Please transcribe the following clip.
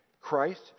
Christ